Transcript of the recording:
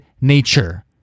nature